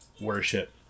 worship